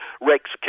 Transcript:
Rex